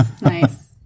nice